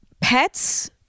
pets